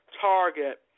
Target